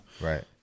Right